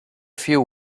few